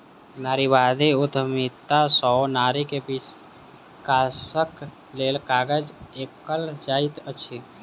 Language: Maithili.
नारीवादी उद्यमिता सॅ नारी के विकासक लेल काज कएल जाइत अछि